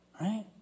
right